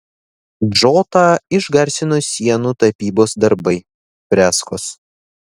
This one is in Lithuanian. džotą išgarsino sienų tapybos darbai freskos